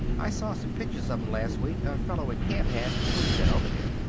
i saw some pictures of em, last week, a fellow in camp had who'd been over there.